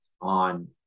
on